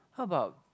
how about